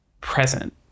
present